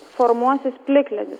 formuosis plikledis